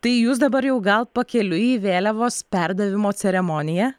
tai jūs dabar jau gal pakeliui į vėliavos perdavimo ceremoniją